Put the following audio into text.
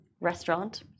restaurant